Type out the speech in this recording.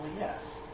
yes